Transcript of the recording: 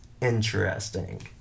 interesting